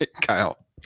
Kyle